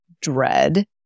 dread